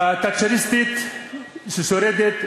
התאצ'ריסטית ששולטת,